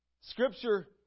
Scripture